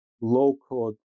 low-code